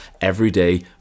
everyday